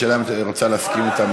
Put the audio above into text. השאלה היא אם את רוצה להסכים איתם.